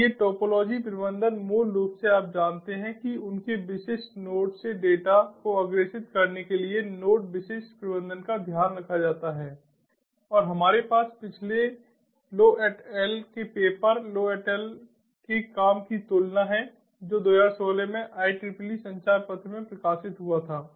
इसलिए टोपोलॉजी प्रबंधन मूल रूप से आप जानते हैं कि उनके विशिष्ट नोड्स से डेटा को अग्रेषित करने के लिए नोड विशिष्ट प्रबंधन का ध्यान रखा जाता है और हमारे पास पिछले लो एट अल के पेपर लो एट अल के काम की तुलना है जो 2016 में IEEE संचार पत्र में प्रकाशित हुआ था